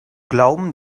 glauben